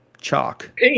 chalk